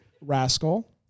Rascal